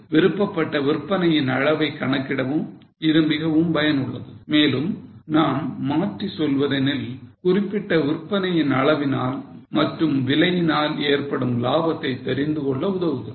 விருப்பப்பட்ட விற்பனையின் அளவை கணக்கிடவும் இது மிகவும் பயனுள்ளது மேலும் நாம் மாற்றி சொல்வதெனில் குறிப்பிட்ட விற்பனையின் அளவினால் மற்றும் விலையினால் ஏற்படும் லாபத்தை தெரிந்து கொள்ள உதவுகிறது